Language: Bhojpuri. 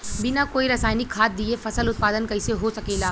बिना कोई रसायनिक खाद दिए फसल उत्पादन कइसे हो सकेला?